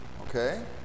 okay